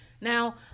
Now